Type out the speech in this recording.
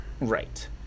Right